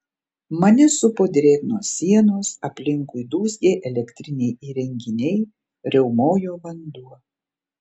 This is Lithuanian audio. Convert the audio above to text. mane supo drėgnos sienos aplinkui dūzgė elektriniai įrenginiai riaumojo vanduo